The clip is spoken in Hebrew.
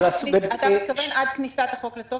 אתה מתכוון עד כניסת החוק לתוקף.